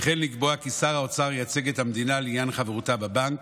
וכן לקבוע כי שר האוצר ייצג את המדינה לעניין חברותה בבנק,